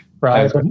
right